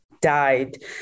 died